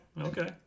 okay